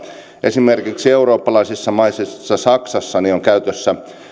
esimerkiksi eurooppalaisissa maissa saksassa on käytössä